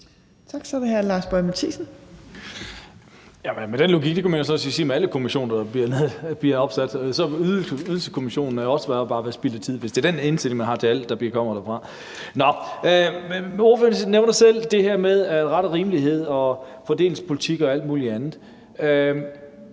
Boje Mathiesen (NB): Jamen med den logik kunne man jo så sige, at alle kommissioner, der bliver nedsat, er spild af tid, og Ydelseskommissionen havde jo også bare været spild af tid, hvis det er den indstilling, man har til alt, der kommer derfra. Men ordføreren nævner selv det her med ret og rimelighed og fordelingspolitik og alt muligt andet,